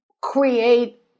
create